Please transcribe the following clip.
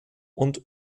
und